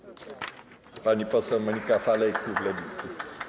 Pani poseł Monika Falej, klub Lewicy.